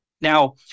Now